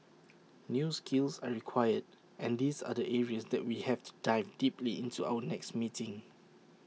new skills are required and these are the areas that we have to dive deeply into in our next meeting